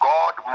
God